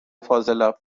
فاضلاب